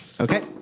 Okay